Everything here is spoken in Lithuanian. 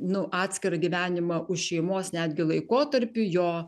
nu atskirą gyvenimą už šeimos netgi laikotarpį jo